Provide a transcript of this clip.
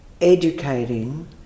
educating